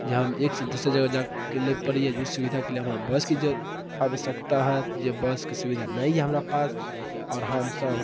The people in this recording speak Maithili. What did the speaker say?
जे हम एक से दूसरे जगह जाएके लेल पड़ैया ओ सुविधाके लिए हमरा बस कि जँ आवश्यकता होएत जे बसके सुविधा नहि यऽ हमरा पास आओर हमसब